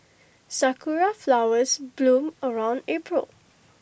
Sakura Flowers bloom around April